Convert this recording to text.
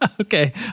Okay